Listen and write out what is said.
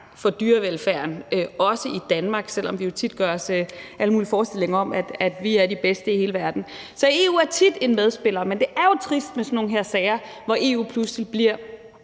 for dyrevelfærden, også i Danmark, selv om vi jo tit gør os alle mulige forestillinger om, at vi er de bedste i hele verden. Så EU er tit en medspiller, men det er jo trist med sådan nogle her sager, hvor EU pludselig bliver